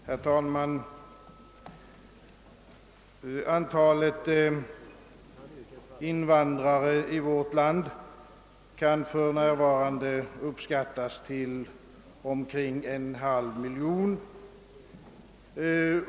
Herr talman! Antalet invandrare i . vårt land kan för närvarande uppskattas till omkring en halv miljon.